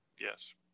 Yes